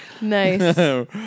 Nice